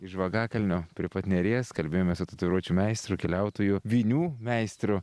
iš žvagakalnio prie pat neries kalbėjomės su tatuiruočių meistru keliautoju vinių meistru